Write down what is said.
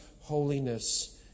holiness